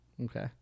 Okay